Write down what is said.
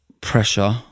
pressure